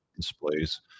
displays